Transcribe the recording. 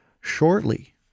shortly